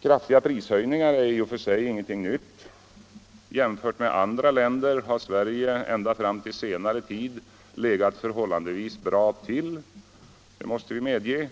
Kraftiga prishöjningar är i och för sig ingenting nytt. Jämfört med andra länder har Sverige ända fram till senare tid legat förhållandevis bra till — det måste vi medge.